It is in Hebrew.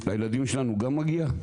לילדים שלנו גם מגיע?